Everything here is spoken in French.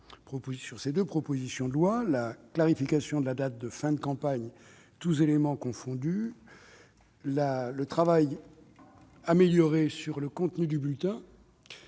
à ces deux propositions de loi : la clarification de la date de fin de campagne, tous éléments confondus ; les améliorations concernant le contenu du bulletin,